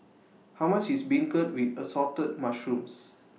How much IS Beancurd with Assorted Mushrooms